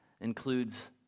includes